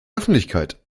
öffentlichkeit